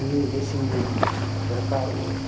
ꯃꯤꯑꯣꯏꯕꯁꯤꯡꯅ ꯗꯔꯀꯥꯔ ꯑꯣꯏ